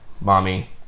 mommy